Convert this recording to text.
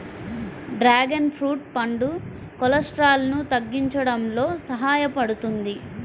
dragon fruit పండు కొలెస్ట్రాల్ను తగ్గించడంలో సహాయపడుతుంది